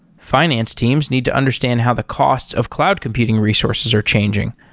finance teams need to understand how the costs of cloud computing resources are changing.